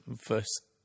first